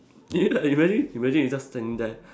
you imagine imagine you just stand there